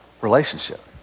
relationship